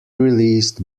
released